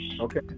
Okay